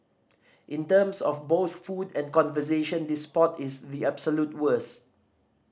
in terms of both food and conversation this spot is the absolute worst